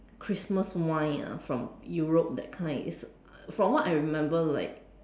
Christmas wine ah from Europe that kind it's from what I remember like